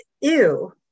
ew